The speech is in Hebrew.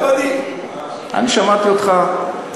שמעתי אותך,